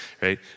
right